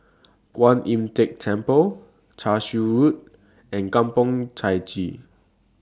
Kuan Im Tng Temple Cashew Road and Kampong Chai Chee